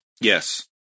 Yes